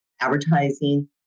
advertising